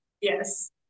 Yes